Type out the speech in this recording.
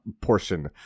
portion